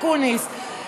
אקוניס,